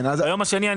ביום השני,